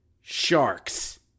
Sharks